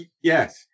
Yes